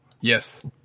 Yes